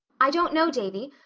i don't know, davy.